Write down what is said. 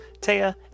Taya